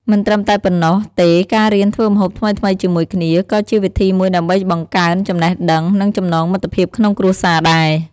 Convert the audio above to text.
មិនត្រឹមតែប៉ុណ្ណោះទេការរៀនធ្វើម្ហូបថ្មីៗជាមួយគ្នា ក៏ជាវិធីមួយដើម្បីបង្កើនចំណេះដឹង និងចំណងមិត្តភាពក្នុងគ្រួសារដែរ ។